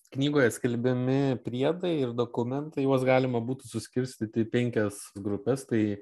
knygoje skelbiami priedai ir dokumentai juos galima būtų suskirstyt į penkias grupes tai